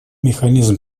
механизм